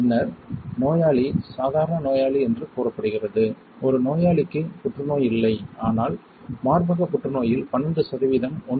பின்னர் நோயாளி சாதாரண நோயாளி என்று கூறப்படுகிறது ஒரு நோயாளிக்கு புற்றுநோய் இல்லை ஆனால் மார்பக புற்றுநோயில் 12 சதவீதம் 1